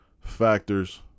factors